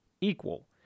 equal